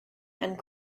and